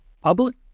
public